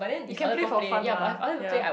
you can play for fun mah ya